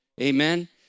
Amen